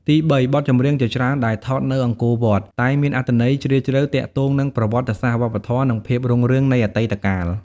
ទីបី បទចម្រៀងជាច្រើនដែលថតនៅអង្គរវត្ត តែងមានអត្ថន័យជ្រាលជ្រៅទាក់ទងនឹងប្រវត្តិសាស្ត្រ វប្បធម៌ ឬភាពរុងរឿងនៃអតីតកាល។